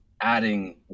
adding